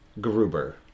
Gruber